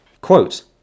Quote